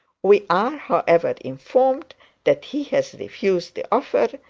we are, however, informed that he has refused the offer,